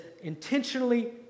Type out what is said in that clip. intentionally